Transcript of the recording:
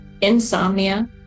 insomnia